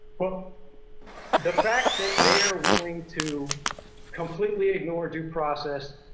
but the fact that they are willing to completely ignore due process,